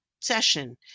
session